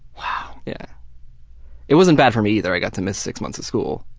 yeah it wasn't bad for me either, i got to miss six months of school.